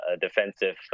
defensive